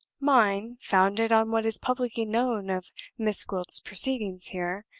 mine, founded on what is publicly known of miss gwilt's proceedings here,